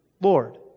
Lord